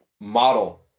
model